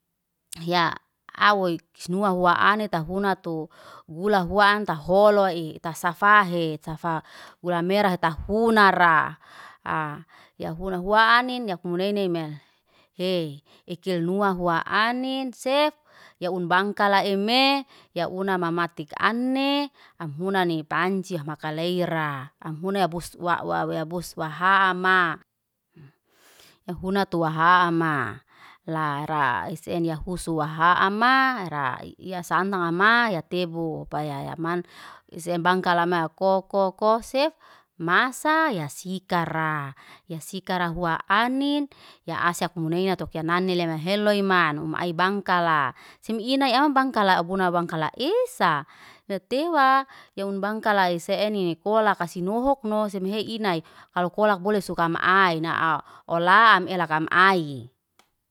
Yaa awoik snuwa hua ta anit tafuna tu bulahua anta holoy. Ta safa he, tafa gula mera tafunaraa. A ya funa hua anin, yak muneine me he. Ekel nua hua anin sef, ya un bangkalai emee ya una mamatik ane amhuna ni panciaa makaleira. Amhuna ubus wa wa wahama, ya funa tu haama, lara isenya husuwa haamara. Ya santanga mayate tebu, payayaman isem bangkalama ko ko koh sef, masaa yasikara. Ya sikara hua anin, ya asyaf muneini tu kaa nani lema heloymanu ai bangkala. Sim inay au bangkala ubuna bangkala isaa. Letewa yaun bangkala se eni kolaka si nohokno, sim hei inay, kalu kolaka bole suka am ai. Na olaam lakam ai